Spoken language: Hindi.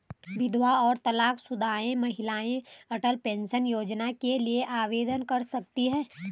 विधवा और तलाकशुदा महिलाएं अटल पेंशन योजना के लिए आवेदन कर सकती हैं